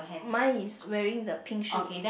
mine is wearing the pink shoe